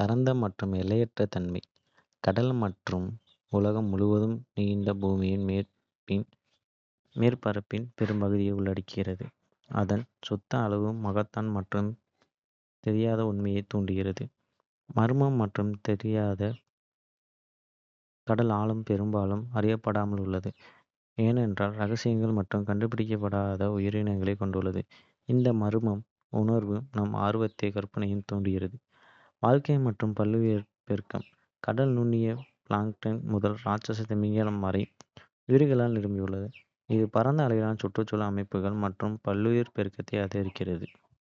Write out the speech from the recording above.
அதனுடன் நான் தொடர்புபடுத்துவது இங்கே. பரந்த மற்றும் எல்லையற்ற தன்மை: கடல் உலகம் முழுவதும் நீண்டு, பூமியின் மேற்பரப்பின் பெரும்பகுதியை உள்ளடக்கியது. அதன் சுத்த அளவு மகத்தான மற்றும் தெரியாத உணர்வைத் தூண்டுகிறது. மர்மம் மற்றும் தெரியாதது: கடல் ஆழம் பெரும்பாலும் ஆராயப்படாமல் உள்ளது, எண்ணற்ற ரகசியங்கள் மற்றும் கண்டுபிடிக்கப்படாத உயிரினங்களைக் கொண்டுள்ளது. இந்த மர்ம உணர்வு நம் ஆர்வத்தையும் கற்பனையையும் தூண்டுகிறது. வாழ்க்கை மற்றும் பல்லுயிர் பெருக்கம். கடல் நுண்ணிய பிளாங்க்டன் முதல் ராட்சத திமிங்கலங்கள் வரை உயிர்களால் நிரம்பியுள்ளது. இது பரந்த அளவிலான சுற்றுச்சூழல் அமைப்புகள் மற்றும் பல்லுயிர் பெருக்கத்தை ஆதரிக்கிறது.